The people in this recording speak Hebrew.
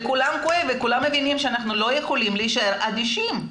לכולם כואב וכולם מבינים שאנחנו לא יכולים להישאר אדישים.